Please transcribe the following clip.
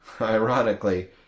ironically